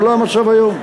זה לא המצב היום.